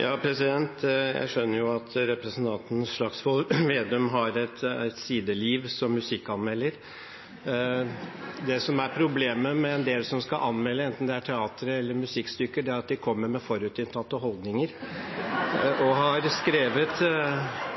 Jeg skjønner jo at representanten Slagsvold Vedum har et sideliv som musikkanmelder. Det som er problemet med enkelte som skal anmelde enten teater- eller musikkstykker, er at de kommer med forutinntatte holdninger og har skrevet